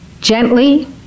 gently